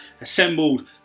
assembled